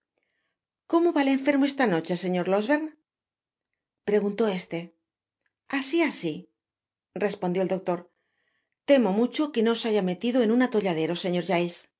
cómo va el enfermo esta noche señor losberne preguntó éste asi asi respondió el doctor temo mucho jque no os hayas metido en un atolladero señor